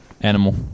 Animal